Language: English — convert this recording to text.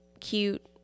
cute